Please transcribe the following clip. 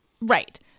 right